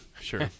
Sure